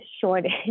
shortage